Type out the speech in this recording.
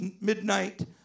midnight